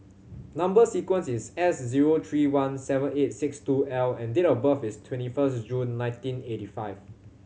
number sequence is S zero three one seven eight six two L and date of birth is twenty first June nineteen eighty five